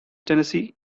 tennessee